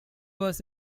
was